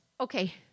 Okay